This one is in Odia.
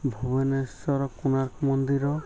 ଭୁବନେଶ୍ୱର କୋଣାାର୍କ ମନ୍ଦିର